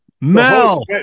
Mel